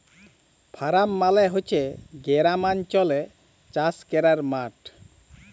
farm মালে হছে গেরামালচলে চাষ ক্যরার মাঠ